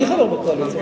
אני חבר בקואליציה?